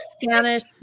Spanish